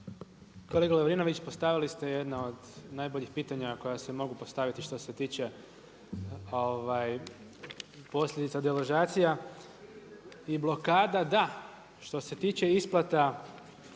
Kolega Lovirinović, postavili ste jedno od najboljih pitanja koja se mogu postaviti što se tiče posljedica deložacija i blokada. Da, što se tiče isplata